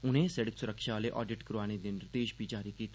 उनें सिड़क सुरक्षा आह्ले आडिट करोआने दे निर्देश बी जारी कीते